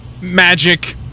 magic